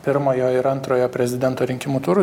pirmojo ir antrojo prezidento rinkimų turų